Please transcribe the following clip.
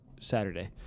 Saturday